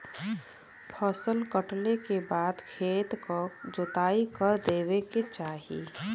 फसल कटले के बाद खेत क जोताई कर देवे के चाही